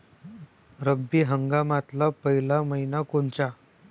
रब्बी हंगामातला पयला मइना कोनता?